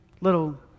little